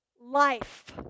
life